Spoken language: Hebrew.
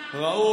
אני פה,